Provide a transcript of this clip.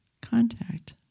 contact